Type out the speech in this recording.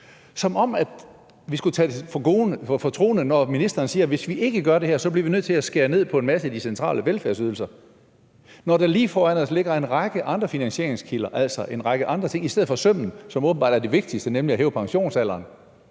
som om vi skulle tage det for troende, når ministeren siger, at hvis vi ikke gør det her, bliver vi nødt til at skære ned på en masse af de centrale velfærdsydelser, når der er lige foran os ligger en række andre finansieringskilder, altså en række andre ting i stedet for sømmet, som åbenbart er det vigtigste, nemlig at hæve pensionsalderen.